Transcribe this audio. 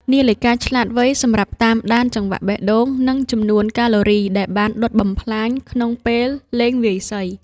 នាឡិកាឆ្លាតវៃ សម្រាប់តាមដានចង្វាក់បេះដូង និងចំនួនកាឡូរីដែលបានដុតបំផ្លាញក្នុងពេលលេងវាយសី។